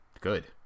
good